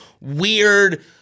weird